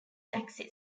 axis